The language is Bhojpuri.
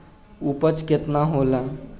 उपज केतना होला?